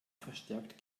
verstärkt